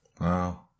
wow